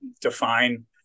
define